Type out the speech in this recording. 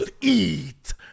eat